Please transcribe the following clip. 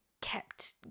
kept